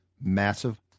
Massive